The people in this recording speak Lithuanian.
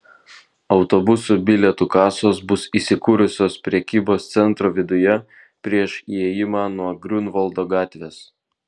autobusų bilietų kasos bus įsikūrusios prekybos centro viduje prieš įėjimą nuo griunvaldo gatvės